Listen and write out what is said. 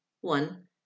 One